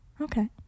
Okay